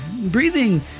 breathing